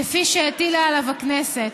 כפי שהטילה עליו הכנסת.